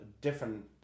different